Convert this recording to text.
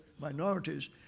minorities